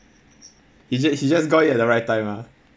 he just he just got in at the right time lah